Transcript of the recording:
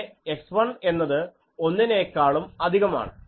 അവിടെ x1 എന്നത് ഒന്നിനേക്കാളും അധികമാണ്